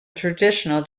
traditional